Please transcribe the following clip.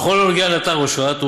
בכל הנוגע לאתר אשרת,